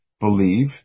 believe